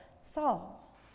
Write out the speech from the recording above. Saul